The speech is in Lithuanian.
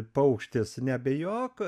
paukštis neabejok